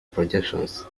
projections